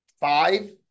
five